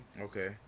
Okay